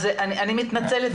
אני מתנצלת,